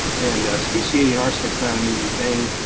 and speciating and arsenic is not an easy thing,